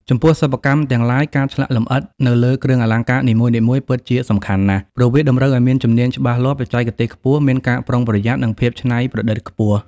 ចំពោះសិប្បកម្មទាំងឡាយ ការឆ្លាក់លម្អិតនៅលើគ្រឿងអលង្ការនីមួយៗពិតជាសំខាន់ណាស់ ព្រោះវាតម្រូវឲ្យមានជំនាញ់ច្បាស់លាស់ បច្ចេកទេសខ្ពស់ មានការប្រុងប្រយត្ន័ និងភាពច្នៃប្រឌិតខ្ពស់។